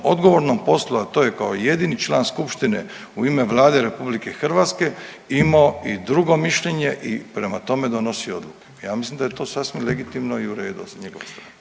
odgovornom poslu, a to je kao jedini član skupštine u ime Vlada RH imao i drugo mišljenje i prema tome donosi odluku. Ja mislim da je to sasvim legitimno i u redu sa njegove strane.